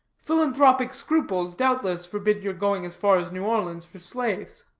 philanthropic scruples, doubtless, forbid your going as far as new orleans for slaves?